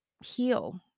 heal